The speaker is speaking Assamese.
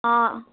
অঁ